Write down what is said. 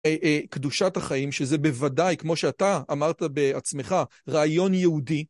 קדושת החיים, שזה בוודאי, כמו שאתה אמרת בעצמך, רעיון יהודי.